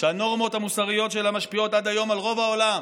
שהנורמות המוסריות שלה משפיעות עד היום על רוב העולם,